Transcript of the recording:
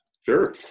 Sure